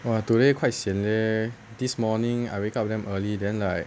!wah! today quite sian leh this morning I wake up damn early then like